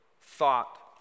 thought